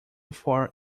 far